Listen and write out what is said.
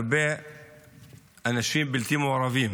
הרבה אנשים בלתי מעורבים